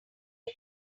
now